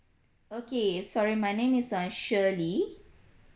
okay sorry my name is uh shirley